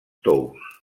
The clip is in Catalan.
tous